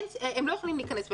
הם לא יכולים להיכנס ולצאת.